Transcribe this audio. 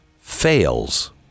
fails